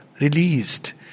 released